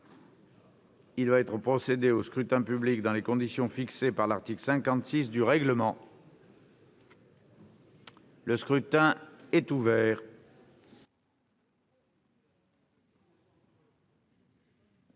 Il va être procédé au scrutin dans les conditions fixées par l'article 56 du règlement. Le scrutin est ouvert.